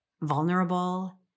vulnerable